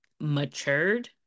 matured